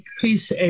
please